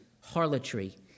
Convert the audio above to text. harlotry